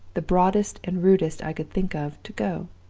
the broadest and rudest i could think of, to go.